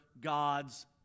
God's